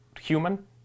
human